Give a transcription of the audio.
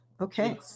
Okay